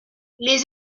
les